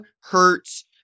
Hurts